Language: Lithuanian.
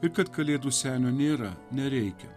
ir kad kalėdų senio nėra nereikia